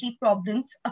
problems